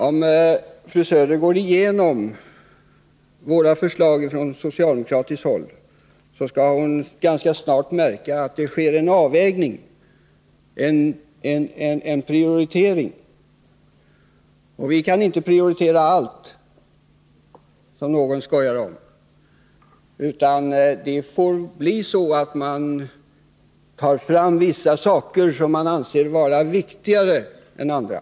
Om fru Söder går igenom de socialdemokratiska förslagen, skall hon ganska snart märka att där har skett en avvägning, en prioritering. Vi kan inte — som någon har skojat om — prioritera allt, utan man får ta fram vissa saker som man anser vara viktigare än andra.